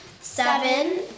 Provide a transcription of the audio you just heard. seven